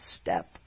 step